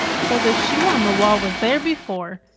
so the shoe on the wall was there before,